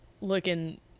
Looking